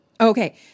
okay